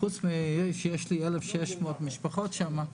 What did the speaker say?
חוץ מ-1,600 משפחות שיש לי שם.